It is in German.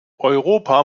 europa